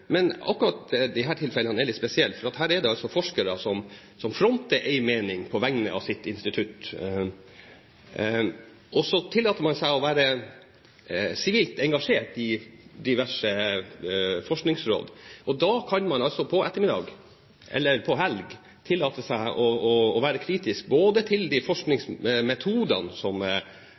Men akkurat disse tilfellene er litt spesielle, for her er det forskere som fronter en mening på vegne av sitt institutt, og så tillater man seg å være sivilt engasjert i diverse forskningsråd. Da kan man altså på ettermiddagen, eller i helgen, tillate seg å være kritisk både til de forskningsmetodene som